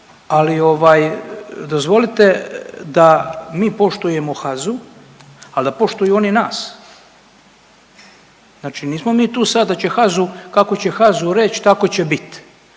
ovaj dozvolite da mi poštujemo HAZU, al da poštuju i oni nas, znači nismo mi tu sad da će HAZU, kako će HAZU reć tako će bit.